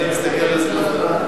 אני רשום במחשב.